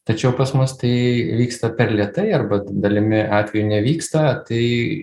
tačiau pas mus tai vyksta per lėtai arba dalimi atvejų nevyksta tai